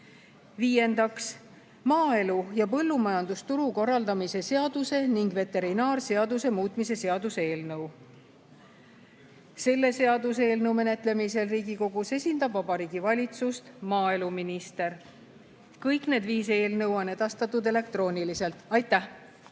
Viiendaks, maaelu ja põllumajandusturu korraldamise seaduse ning veterinaarseaduse muutmise seaduse eelnõu. Selle seaduseelnõu menetlemisel Riigikogus esindab Vabariigi Valitsust maaeluminister. Kõik need viis eelnõu on edastatud elektrooniliselt. Aitäh!